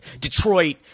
Detroit